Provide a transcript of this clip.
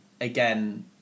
again